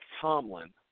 Tomlin